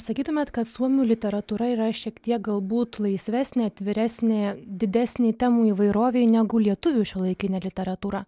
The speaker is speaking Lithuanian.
sakytumėt kad suomių literatūra yra šiek tiek galbūt laisvesnė atviresnė didesnei temų įvairovei negu lietuvių šiuolaikinė literatūra